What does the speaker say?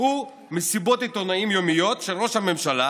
הוא מסיבות עיתונאים יומיות של ראש הממשלה